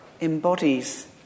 embodies